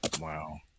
Wow